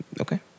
Okay